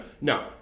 No